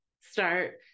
start